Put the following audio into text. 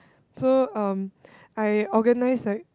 so um I organize like